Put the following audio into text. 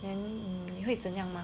then 你会怎样吗